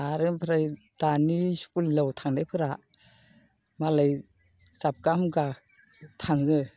आरो ओमफ्राय दानि स्कुलाव थांनायफोरा मालाय साबका हामखा थाङो